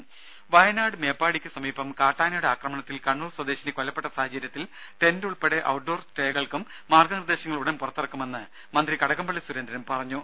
രും വയനാട് മേപ്പാടിയ്ക്ക് സമീപം കാട്ടാനയുടെ ആക്രമണത്തിൽ കണ്ണൂർ സ്വദേശിനി കൊല്ലപ്പെട്ട സാഹചര്യത്തിൽ ടെന്റ് ഉൾപ്പെടെ ഔട്ട്ഡോർ സ്റ്റേകൾക്കും മാർഗ്ഗ നിർദ്ദേശങ്ങൾ ഉടൻ പുറത്തിറക്കുമെന്ന് മന്ത്രി കടകംപള്ളി സുരേന്ദ്രൻ പറഞ്ഞു